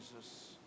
Jesus